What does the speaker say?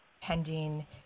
pending